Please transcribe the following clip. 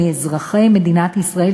אזרחי מדינת ישראל,